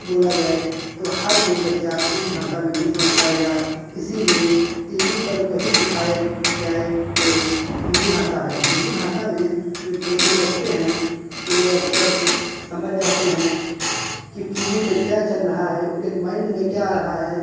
बोला जाए तो हर कोई बच्चा इंग्लिश भाषा में नहीं समझ पाएगा इसीलिए टी वी पर वही दिखाया जाए जो हिन्दी भाषा है हिन्दी भाषा में जो छोटे छोटे बच्चे हैं वो अक्सर समझ जाते हैं कि टी वी पे क्या चल रहा है उनके माइंड में क्या आ रहा है